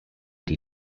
die